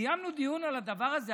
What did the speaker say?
קיימנו דיון על הדבר הזה.